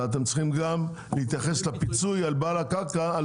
אלא אתם צריכים גם להתייחס לפיצוי לבעל הקרקע על